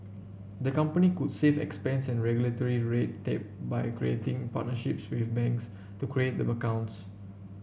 the company could save expense and regulatory red tape by creating partnerships with banks to create the accounts